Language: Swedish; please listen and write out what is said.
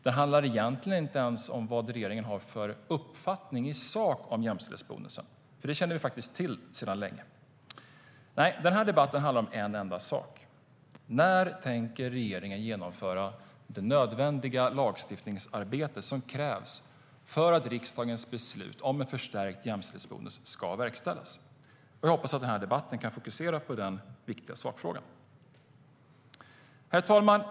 Den handlar egentligen inte ens om vad regeringen har för uppfattning i sak om jämställdhetsbonusen, för det känner vi till sedan länge. Herr talman!